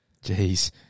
Jeez